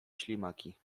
ślimaki